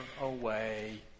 away